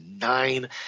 nine